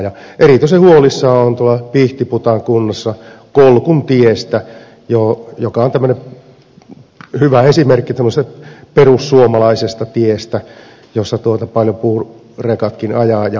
ja erityisen huolissani olen tuolla pihtiputaan kunnassa kolkuntiestä joka on hyvä esimerkki tämmöisestä perussuomalaisesta tiestä jossa paljon puurekatkin ajavat